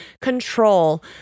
control